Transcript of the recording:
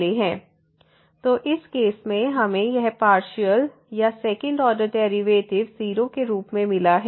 0 0x तो इस केस में हमें यह पार्शियल या सेकंड ऑर्डर डेरिवेटिव 0 के रूप में मिला है